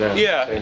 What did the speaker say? yeah,